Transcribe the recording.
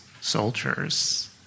soldiers